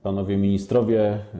Panowie Ministrowie!